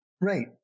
Right